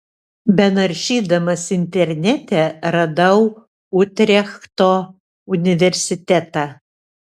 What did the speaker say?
benaršydama internete radau utrechto universitetą